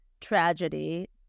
tragedy